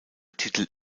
titel